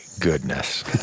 goodness